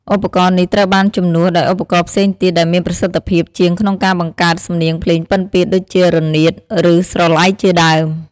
ឧបករណ៍នេះត្រូវបានជំនួសដោយឧបករណ៍ផ្សេងទៀតដែលមានប្រសិទ្ធភាពជាងក្នុងការបង្កើតសំនៀងភ្លេងពិណពាទ្យ ដូចជារនាត ឬស្រឡៃជាដើម។